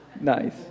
Nice